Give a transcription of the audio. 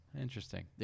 Interesting